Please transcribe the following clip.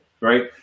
right